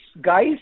guys